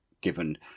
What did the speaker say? given